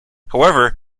however